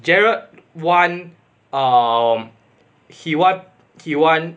gerald want um he what he want